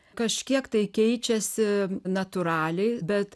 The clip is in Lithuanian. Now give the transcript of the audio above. kažkiek tai keičiasi natūraliai bet